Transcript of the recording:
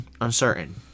uncertain